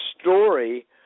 story